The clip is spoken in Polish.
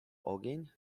ogień